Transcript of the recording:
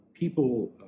People